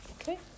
Okay